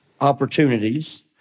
opportunities